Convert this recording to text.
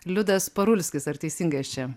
liudas parulskis ar teisingai aš čia